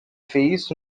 fills